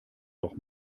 doch